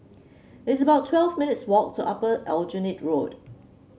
it's about twelve minutes' walk to Upper Aljunied Road